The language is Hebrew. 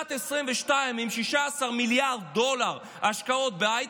שנת 2022 עם 16 מיליארד דולר השקעות בהייטק,